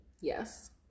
Yes